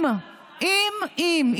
גם האשימו אותו בהפרעה נפשית.